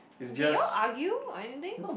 did you all argue or anything